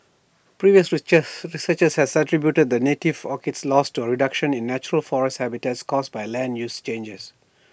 previous researchers had attributed the native orchid's loss to A reduction in natural forest habitats caused by land use changes